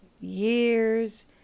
Years